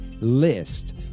list